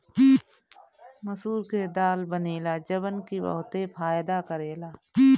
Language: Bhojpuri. मसूर के दाल बनेला जवन की बहुते फायदा करेला